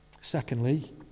Secondly